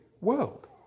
world